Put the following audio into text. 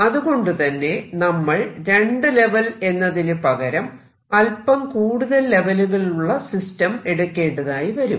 അതുകൊണ്ടുതന്നെ നമ്മൾ രണ്ടു ലെവൽ എന്നതിന് പകരം അല്പം കൂടുതൽ ലെവലുകളുള്ള സിസ്റ്റം എടുക്കേണ്ടതായി വരും